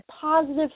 positive